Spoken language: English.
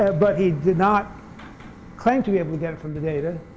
but he did not claim to be able to get it from the data.